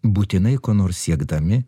būtinai ko nors siekdami